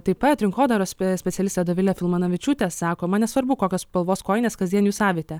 taip pat rinkodaros specialistė dovilė filmanavičiūtė sako man nesvarbu kokios spalvos kojines kasdien jūs avite